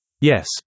Yes